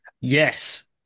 Yes